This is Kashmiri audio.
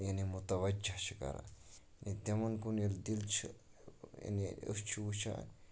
یعنی مُتَوجہ چھِ کَران یعنی تِمن کُن ییلہِ دِل چھُ یعنی أچھ چھِ وُچھان